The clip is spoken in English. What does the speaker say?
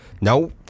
No